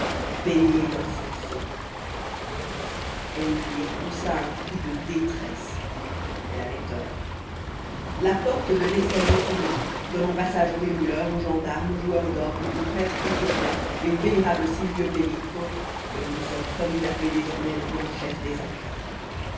baigné dans son sang elvire poussa un cri de détresse elle avait tort la porte de l'escalier s'ouvrit donnant passage au rémouleur au gendarme au joueur d'orgues au prêtre éthiopien et au vénérable silvio pellico que nous nous sommes promis d'appeler désormais le grand chef des ancas